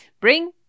Bring